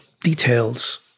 details